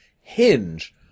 hinge